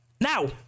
Now